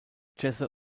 jesse